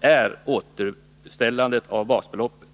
är återställandet av basbeloppet.